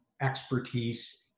expertise